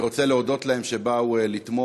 (מחיאות כפיים) אני רוצה להודות להם על שבאו לתמוך.